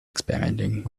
experimenting